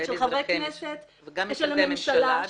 של חברי כנסת -- וגם משרדי ממשלה.